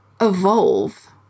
evolve